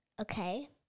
Okay